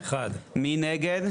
1 נגד,